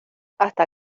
hasta